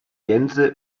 gänze